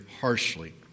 harshly